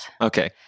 Okay